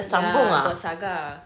ya got saga